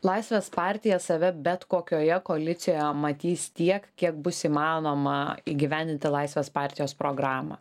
laisvės partija save bet kokioje koalicijoje matys tiek kiek bus įmanoma įgyvendinti laisvės partijos programą